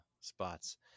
spots